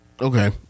Okay